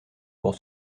pour